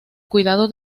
cuidado